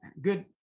good